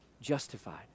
justified